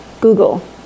Google